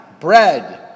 Bread